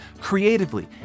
creatively